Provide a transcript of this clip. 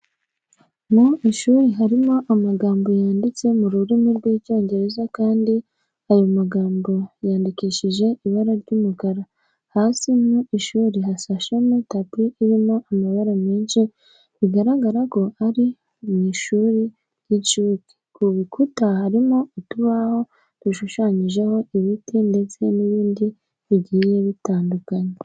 Mu ishuri harimo amagambo yanditse mu rurimi rw'Icyongereza kandi ayo magambo yandikishije ibara ry'umukara. Hasi mu ishuri hasashemo tapi irimo amabara menshi bigaragara ko ari mu ishuri ry'inshuke. Ku bikuta hariho utubaho dushushanyijeho ibiti ndetse n'ibindi bigiye bitandukanye.